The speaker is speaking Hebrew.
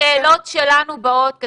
השאלות שלנו באות,